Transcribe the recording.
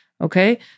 okay